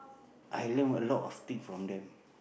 I learn a lot of thing from them